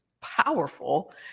powerful